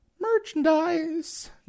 merchandise